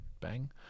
bang